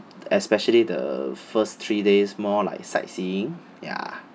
especially the first three days more like sightseeing ya